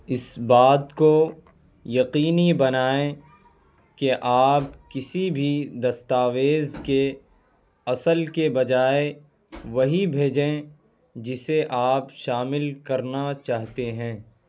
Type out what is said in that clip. اس بات کو یقینی بنائیں کہ آپ کسی بھی دستاویز کے اصل کے بجاۓ وہی بھیجیں جسے آپ شامل کرنا چاہتے ہیں